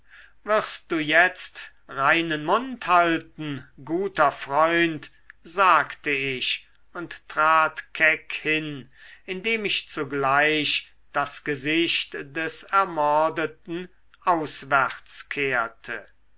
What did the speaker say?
wirst du jetzt reinen mund halten guter freund sagte ich und trat keck hin indem ich zugleich das gesicht des ermordeten auswärts kehrte